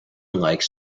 likes